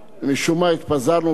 ולא יכולנו להתקדם.